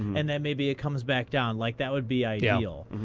and then maybe it comes back down, like that would be ideal.